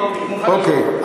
אוקיי,